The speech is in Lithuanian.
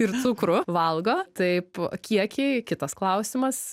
ir cukrų valgo taip kiekiai kitas klausimas